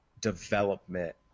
development